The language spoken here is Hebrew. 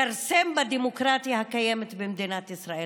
לכרסם בדמוקרטיה הקיימת במדינת ישראל.